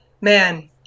man